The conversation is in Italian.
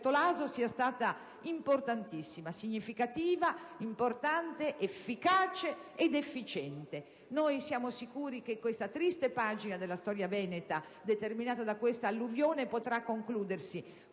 stata di estrema importanza, significativa, efficace ed efficiente. Siamo sicuri che questa triste pagina della storia veneta, determinata da questa alluvione, potrà concludersi